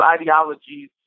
ideologies